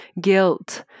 guilt